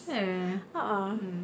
eh mm